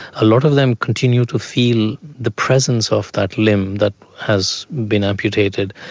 a lot of them continue to feel the presence of that limb that has been amputated,